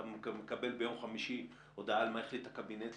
אתה מקבל ביום חמישי הודעה על מה החליט הקבינט.